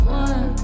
one